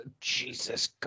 Jesus